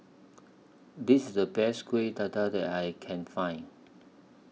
This IS The Best Kueh Dadar that I Can Find